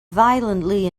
violently